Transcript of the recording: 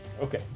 Okay